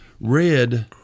red